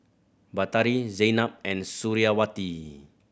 Batari Zaynab and Suriawati